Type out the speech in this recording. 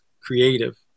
creative